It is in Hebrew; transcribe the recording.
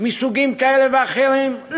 מסוגים כאלה ואחרים,